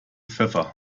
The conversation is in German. pfeffer